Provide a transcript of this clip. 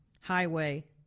highway